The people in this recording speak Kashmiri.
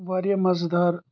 واریاہ مزٕ دار